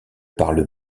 parle